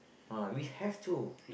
ah we have to